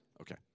Okay